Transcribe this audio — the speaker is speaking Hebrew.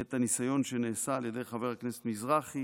את הניסיון שנעשה על ידי חבר הכנסת מזרחי